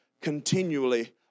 continually